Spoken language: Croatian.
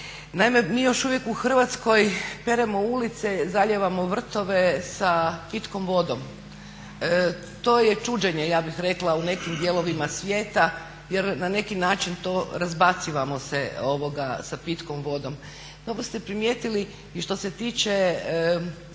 Naime, mi još uvijek u Hrvatskoj peremo ulice, zalijevamo vrtove sa pitkom vodom. To je čuđenje ja bih rekla u nekim dijelovima svijeta, jer na neki način to razbacivamo se sa pitkom vodom. Dobro ste primijetili i što se tiče